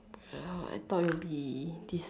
uh I thought it would be this